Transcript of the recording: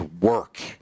work